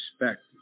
respect